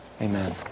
Amen